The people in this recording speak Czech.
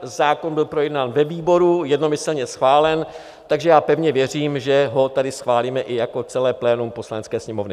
Zákon byl projednán ve výboru, jednomyslně schválen, takže pevně věřím, že ho tady schválíme i jako celé plénum Poslanecké sněmovny.